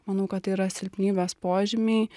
manau kad tai yra silpnybės požymiai